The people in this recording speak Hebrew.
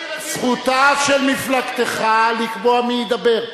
זכותה של מפלגתך לקבוע מי ידבר.